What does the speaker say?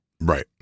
Right